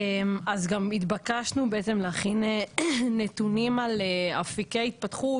אז גם התבקשנו בעצם להכין נתונים על אפיקי התפתחות,